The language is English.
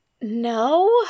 No